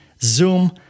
Zoom